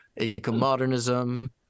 eco-modernism